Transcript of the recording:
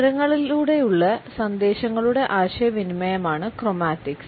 നിറങ്ങളിലൂടെയുള്ള സന്ദേശങ്ങളുടെ ആശയവിനിമയമാണ് ക്രോമാറ്റിക്സ്